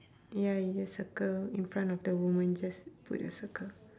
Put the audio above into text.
ya you just circle in front the woman just put a circle